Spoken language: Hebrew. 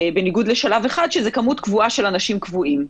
בניגוד לשלב 1 שזה כמות קבועה של אנשים קבועים,